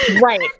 Right